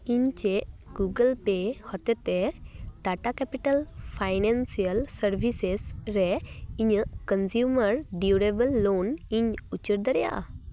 ᱤᱧ ᱪᱮᱫ Google Pay ᱦᱚᱛᱮᱡ ᱛᱮ ᱴᱟᱴᱟ ᱠᱮᱯᱤᱴᱮᱞ ᱯᱷᱟᱭᱱᱮᱱᱥᱤᱭᱮᱞ ᱥᱟᱨᱵᱷᱤᱥᱮᱥ ᱨᱮ ᱤᱧᱟᱹᱜ ᱠᱚᱱᱡᱤᱭᱩᱢᱟᱨ ᱰᱤᱭᱩᱨᱮᱵᱚᱞ ᱞᱳᱱ ᱤᱧ ᱩᱪᱟᱹᱲ ᱫᱟᱲᱮᱭᱟᱜᱼᱟ